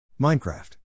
Minecraft